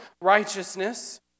righteousness